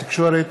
התקשורת